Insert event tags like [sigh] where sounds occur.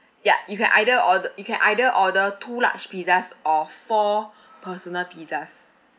ya you can either order you can either order two large pizzas or four [breath] personal pizzas